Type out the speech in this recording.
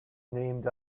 named